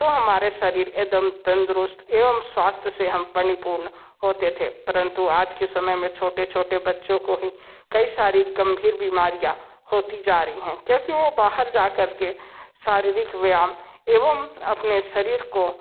तो हमारे शरीर एकदम तंदुरुस्त एवं स्वास्थय से हम परिपूर्ण होते थे परंतु आज के समय में छोटे छोटे बच्चों को ही कई सारी गम्भीर बीमारियाँ होती जा रही हैं क्योकि वह बाहर जाकर के शारीरिक व्यायाम एवं अपने शरीर को